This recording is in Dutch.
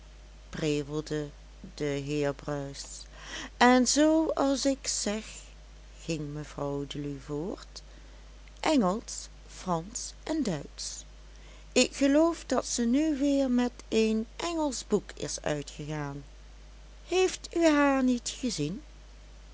prevelde de heer bruis en zoo als ik zeg ging mevrouw deluw voort engelsch fransch en duitsch ik geloof dat ze nu weer met een engelsch boek is uitgegaan heeft u haar niet gezien